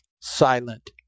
silent